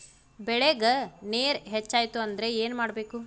ಬೆಳೇಗ್ ನೇರ ಹೆಚ್ಚಾಯ್ತು ಅಂದ್ರೆ ಏನು ಮಾಡಬೇಕು?